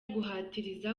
guhatiriza